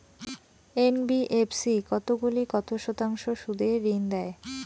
NBFC কতগুলি কত শতাংশ সুদে ঋন দেয়?